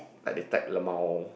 like they type lmao